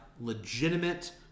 legitimate